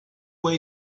way